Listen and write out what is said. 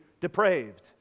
depraved